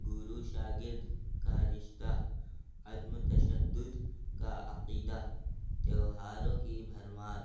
گرو شاگررد کا رشتہ عدم تشدد کا عقیدہ تہواروں کی بھرمار